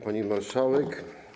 Pani Marszałek!